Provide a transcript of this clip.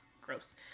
gross